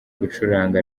gucuranga